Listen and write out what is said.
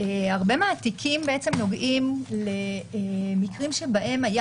שהרבה מהתיקים נוגעים למקרים שבהם היה